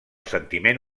sentiment